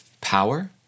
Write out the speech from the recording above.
Power